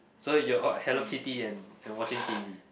so you're what Hello Kitty and and watching T_V